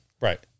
Right